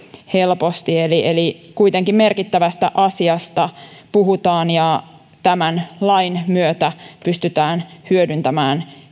helposti eli eli kuitenkin merkittävästä asiasta puhutaan ja tämän lain myötä pystytään hyödyntämään